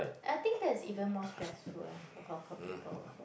I think that's even more stressful ah the Hong-Kong people